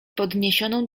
podniesioną